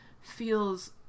feels